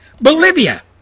Bolivia